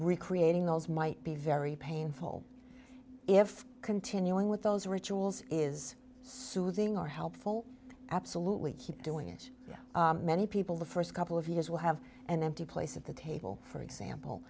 recreating those might be very painful if continuing with those rituals is soothing or helpful absolutely keep doing it many people the first couple of years will have an empty place of the table for example